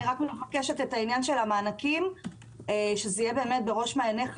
אני מבקשת שעניין המענקים יהיה באמת בראש מעיינך.